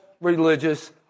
religious